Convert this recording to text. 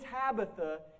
Tabitha